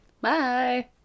Bye